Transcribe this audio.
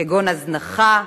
כגון הזנחה,